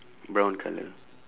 brown colour